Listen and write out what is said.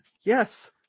Yes